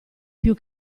più